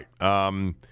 right